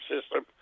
system